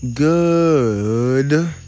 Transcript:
good